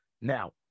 Now